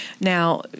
Now